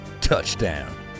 Touchdown